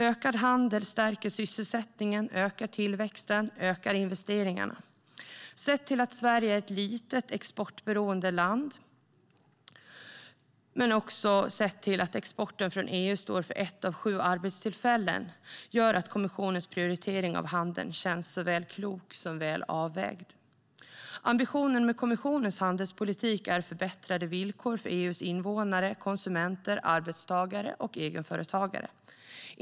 Ökad handel stärker sysselsättningen, ökar tillväxten och ökar investeringarna. Sett till att Sverige är ett litet och exportberoende land, men också sett till att exporten från EU står för ett av sju arbetstillfällen, känns kommissionens prioritering av handeln såväl klok som väl avvägd. Ambitionen med kommissionens handelspolitik är förbättrade villkor för EU:s invånare, konsumenter, arbetstagare och egenföretagare.